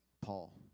Paul